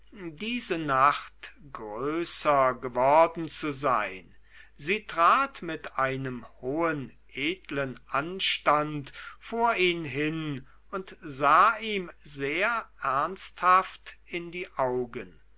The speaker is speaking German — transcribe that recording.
diese nacht größer geworden zu sein sie trat mit einem hohen edlen anstand vor ihn hin und sah ihm sehr ernsthaft in die augen